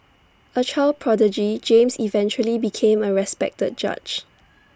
A child prodigy James eventually became A respected judge